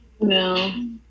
No